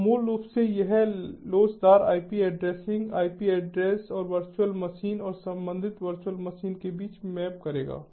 तो मूल रूप से यह लोचदार आईपी एड्रेसिंग आईपी एड्रेस और वर्चुअल मशीन और संबंधित वर्चुअल मशीन के बीच मैप करेगा